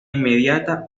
inmediata